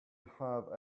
have